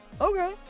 Okay